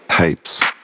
Hates